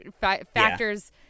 factors